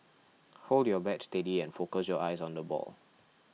hold your bat steady and focus your eyes on the ball